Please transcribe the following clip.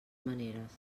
maneres